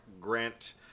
Grant